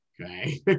Okay